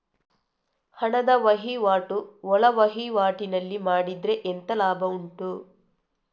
ಹಣದ ವಹಿವಾಟು ಒಳವಹಿವಾಟಿನಲ್ಲಿ ಮಾಡಿದ್ರೆ ಎಂತ ಲಾಭ ಉಂಟು?